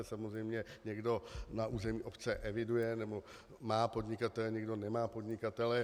Samozřejmě někdo na území obce eviduje nebo má podnikatele, někdo nemá podnikatele.